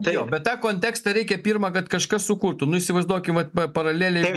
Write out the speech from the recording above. taip bet tą kontekstą reikia pirma kad kažkas sukurtų nu įsivaizduokim vat paraleliai